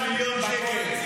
101 מיליון שקל.